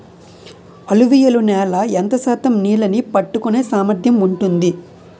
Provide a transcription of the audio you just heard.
అలువియలు నేల ఎంత శాతం నీళ్ళని పట్టుకొనే సామర్థ్యం ఉంటుంది?